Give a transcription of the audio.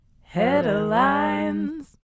Headlines